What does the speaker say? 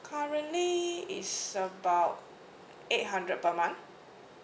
currently is about eight hundred per month